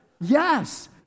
Yes